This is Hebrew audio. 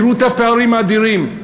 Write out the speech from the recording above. תראו את הפערים האדירים.